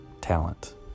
talent